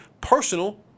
personal